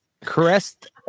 caressed